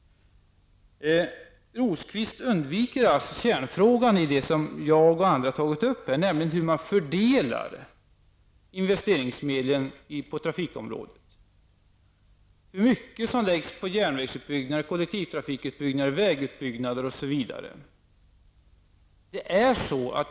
Rosqvist undviker alltså kärnfrågan i det som jag och andra har tagit upp, nämligen hur investeringsmedlen skall fördelas på trafikområdet. Det gäller hur mycket som skall läggas på järnvägsutbyggnad, kollektivtrafikutbyggnad, vägutbyggnader osv.